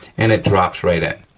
and it drops right in.